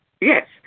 Yes